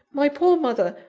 my poor mother,